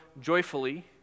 joyfully